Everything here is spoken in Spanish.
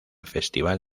festival